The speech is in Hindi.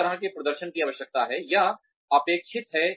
किस तरह के प्रदर्शन की आवश्यकता है या अपेक्षित है